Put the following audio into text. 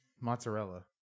mozzarella